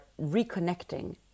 reconnecting